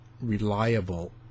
reliable